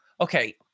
okay